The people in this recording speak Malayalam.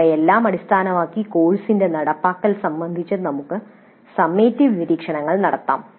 ഇവയെല്ലാം അടിസ്ഥാനമാക്കി കോഴ്സിന്റെ "നടപ്പാക്കൽ" സംബന്ധിച്ച് നമുക്ക് സമ്മേറ്റിവ് നിരീക്ഷണങ്ങൾ നടത്താം